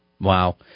Wow